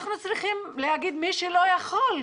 אנחנו צריכים להגיד מי שלא יכול.